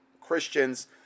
Christians